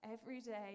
everyday